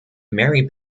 mary